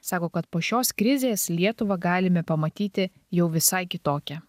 sako kad po šios krizės lietuvą galime pamatyti jau visai kitokią